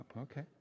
Okay